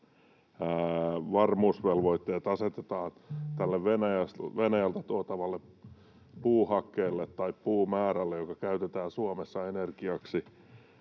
varmuusvelvoitteet asetetaan tälle Venäjältä tuotavalle puuhakkeelle tai puumäärälle, joka käytetään Suomessa energiaksi.